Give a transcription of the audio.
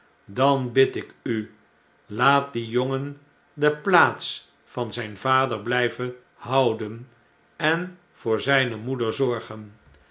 dan bid ik u laat dien jongen de plaats van zgn vader blijven houden en voor zijne moeder zorgen